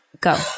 Go